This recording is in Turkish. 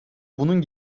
bunun